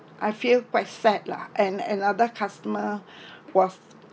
I feel quite sad lah and another customer was